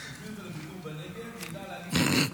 תזמין אותו לביקור בנגב, הוא ידע להגיד אלהואשלה.